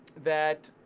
that